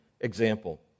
example